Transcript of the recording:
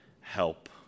help